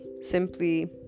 simply